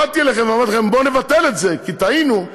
כשבאתי אליכם ואמרתי לכם: בואו נבטל את זה כי טעינו,